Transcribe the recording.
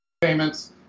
payments